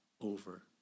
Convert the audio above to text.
over